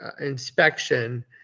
inspection